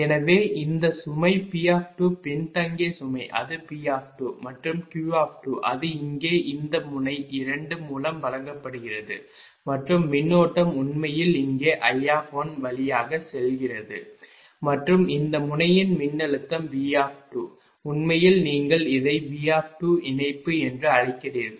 எனவே இந்த சுமை P பின்தங்கிய சுமை அது P மற்றும் Q அது இங்கே இந்த முனை 2 மூலம் வழங்கப்படுகிறது மற்றும் மின்னோட்டம் உண்மையில் இங்கே I வழியாக செல்கிறது மற்றும் இந்த முனையின் மின்னழுத்தம் V உண்மையில் நீங்கள் இதை V இணைப்பு என்று அழைக்கிறீர்கள்